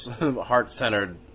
heart-centered